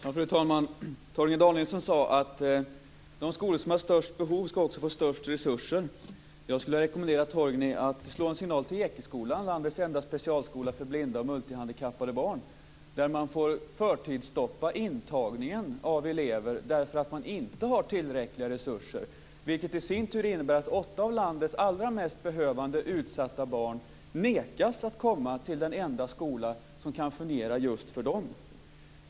Fru talman! Torgny Danielsson sa att de skolor som har störst behov också ska få störst resurser. Jag skulle vilja rekommendera Torgny att slå en signal till Ekeskolan, landets enda specialskola för blinda och multihandikappade barn. Där får man förtidsstoppa intagningen av elever för att man inte har tillräckliga resurser. Det innebär i sin tur att åtta av landets allra mest behövande och utsatta barn nekas att komma till den enda skola som kan fungera just för dem.